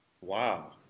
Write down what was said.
Wow